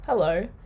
Hello